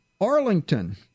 Arlington